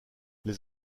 les